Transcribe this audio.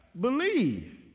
Believe